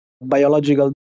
biological